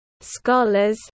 scholars